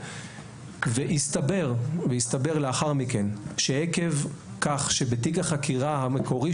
ויסתבר לאחר מכן שעקב כך שבתיק החקירה המקורי